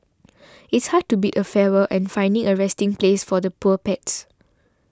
it's hard to bid a farewell and find a resting place for the poor pets